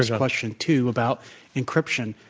question too, about encryption.